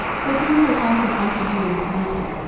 for who will hearken unto you in this matter?